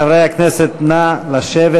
חברי הכנסת, נא לשבת.